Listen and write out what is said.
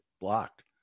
blocked